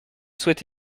souhaite